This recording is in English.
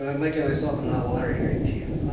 um might get myself in hot water here, and chief.